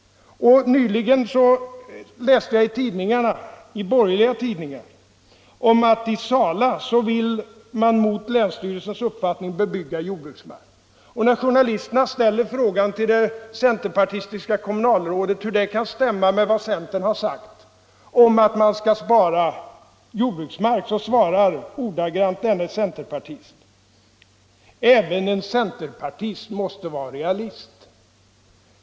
Nyligen läste jag i borgerliga tidningar att man i Sala mot länsstyrelsens uppfattning vill bebygga jordbruksmark. När journalisterna ställer frågan till det centerpartistiska kommunalrådet hur det kan stämma med vad centern har sagt om att man skall spara jordbruksmark, så svarar ordagrant denne centerpartist: Även en centerpartist måste vara realist.